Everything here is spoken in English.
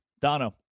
Dono